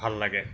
ভাল লাগে